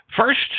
First